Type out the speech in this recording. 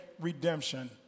redemption